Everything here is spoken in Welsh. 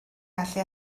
gallu